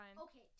Okay